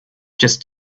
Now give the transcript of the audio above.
just